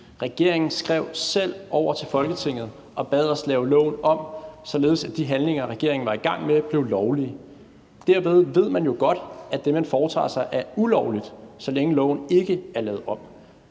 Regeringen skrev selv over til Folketinget og bad os lave loven om, således at de handlinger, regeringen var i gang med, blev lovlige. Derved ved man jo godt, at det, man foretager sig, er ulovligt, så længe loven ikke er lavet om.